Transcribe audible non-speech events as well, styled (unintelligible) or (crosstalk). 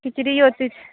किचरियो ती (unintelligible)